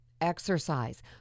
Exercise